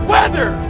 Weather